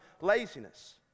laziness